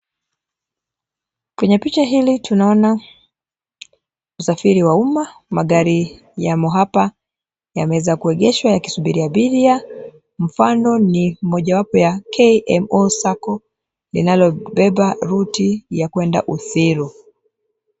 Kwenye picha hili tunaona usafiri wa umma, magari yamo hapa yameeza kuegeshwa yakisubiri abiria, mfano ni mojawapo ya KMO Sacco, linalobeba ruti ya kwenda Uthiru.